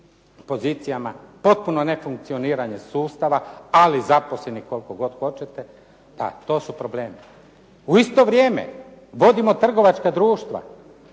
pozicijama, potpuno nefunkcioniranje sustava, ali zaposlenih koliko god hoćete. Da, to su problemi. U isto vrijeme vodimo trgovačka društva